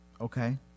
Okay